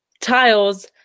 tiles